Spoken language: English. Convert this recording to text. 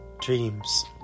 dreams